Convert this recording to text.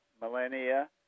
millennia